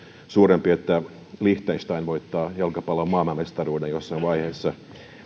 suurempi todennäköisyys että liechtenstein voittaa jalkapallon maailmanmestaruuden jossain vaiheessa